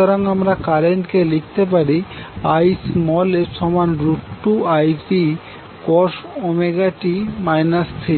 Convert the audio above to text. সুতরাং আমরা কারেন্টকে লিখতে পারি ia2Ipcos t θ ib2Ipcos ω t θ 120°